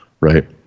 right